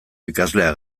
ikasleak